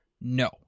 No